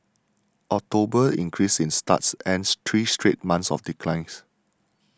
October's increase in starts ended three straight months of declines